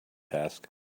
task